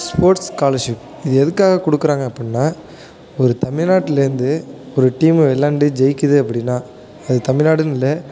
sports scholarship இது எதுக்காக கொடுக்குறாங்க அப்புடினா ஒரு தமிழ்நாட்லேருந்து ஒரு டீமு விளையாண்டு ஜெயிக்குது அப்படின்னா அது தமிழ்நாடுனு இல்லை